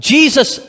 Jesus